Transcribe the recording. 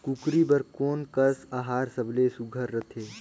कूकरी बर कोन कस आहार सबले सुघ्घर रथे?